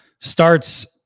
starts